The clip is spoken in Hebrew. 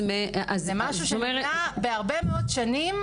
זה משהו שנבנה בהרבה מאוד שנים